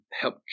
help